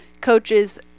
coaches